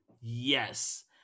Yes